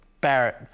Barrett